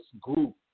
group